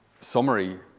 summary